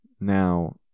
Now